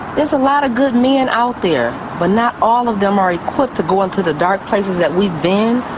there's a lot of good men and out there but not all of them are equipped to go into the dark places that we've been,